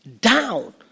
down